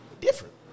different